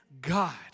God